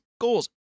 goals